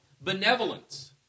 benevolence